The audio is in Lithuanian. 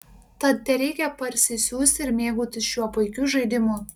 tad tereikia parsisiųsti ir mėgautis šiuo puikiu žaidimu